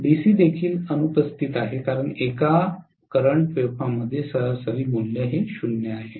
DC देखील अनुपस्थित आहेत कारण एका वर्तमान वेव्हफॉर्ममध्ये सरासरी मूल्य 0 आहे